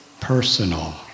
personal